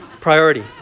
priority